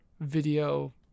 Video